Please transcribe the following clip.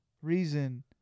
Reason